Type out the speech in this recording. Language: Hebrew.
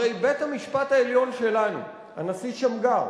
הרי בית-המשפט העליון שלנו, הנשיא שמגר,